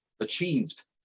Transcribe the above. achieved